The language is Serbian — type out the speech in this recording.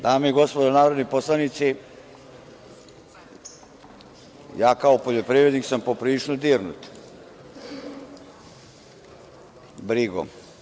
Dame i gospodo narodni poslanici, kao poljoprivrednik sam poprilično dirnut brigom.